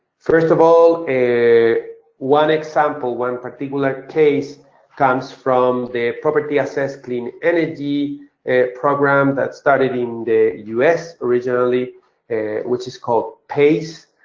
first of all, one example, one particular case comes from the property assessed clean energy program that started in the us originally which is called pace.